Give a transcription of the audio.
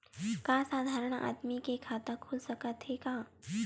का साधारण आदमी के खाता खुल सकत हे?